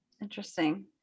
Interesting